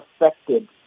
affected